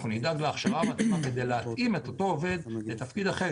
אנחנו נדאג להכשרה המתאימה כדי להתאים את אותו עובד לתפקיד אחר.